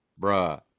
bruh